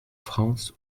france